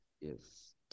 yes